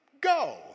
go